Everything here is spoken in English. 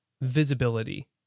visibility